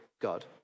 God